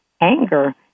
anger